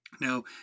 Now